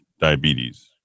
diabetes